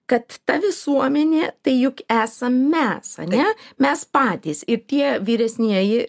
kad ta visuomenė tai juk esam mes ane mes patys ir tie vyresnieji